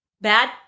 bad